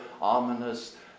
ominous